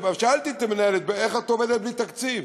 שאלתי את המנהלת: איך את עובדת בלי תקציב?